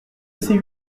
ces